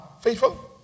faithful